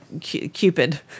Cupid